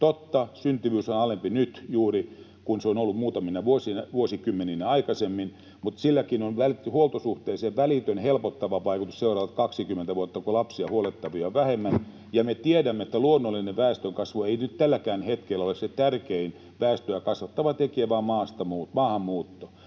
Totta, syntyvyys on alempi juuri nyt kuin se on ollut muutamina vuosikymmeninä aikaisemmin, mutta silläkin on huoltosuhteeseen välitön helpottava vaikutus seuraavat 20 vuotta, kun lapsia ja huollettavia on vähemmän, ja me tiedämme, että se tärkein väestöä kasvattava tekijä ei nyt tälläkään hetkellä ole luonnollinen väestönkasvu vaan maahanmuutto.